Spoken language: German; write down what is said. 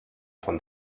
von